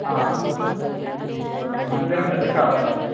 ఓకేనండి అంతేనండి అదే కావాలండి